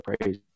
praise